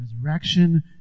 resurrection